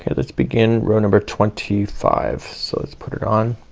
yeah let's begin row number twenty five. so let's put it on.